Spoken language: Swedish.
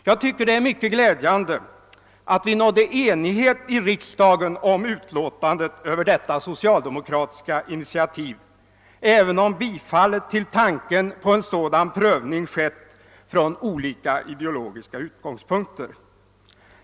Jag tycker det var riktigt glädjande att vi nådde enighet i riksdagen om utlåtandet över detta socialdemokratiska initiativ, även om bifallet till tanken på en sådan prövning gavs från olika ideologiska utgångspunkter.